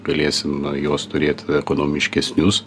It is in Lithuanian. galėsim na juos turėt ekonomiškesnius